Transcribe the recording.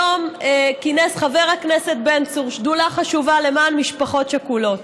היום כינס חבר הכנסת בן צור שדולה חשובה למען משפחות שכולות,